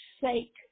sake